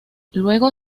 luego